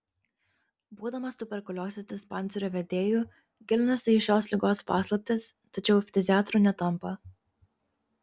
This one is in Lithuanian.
būdamas tuberkuliozės dispanserio vedėju gilinasi į šios ligos paslaptis tačiau ftiziatru netampa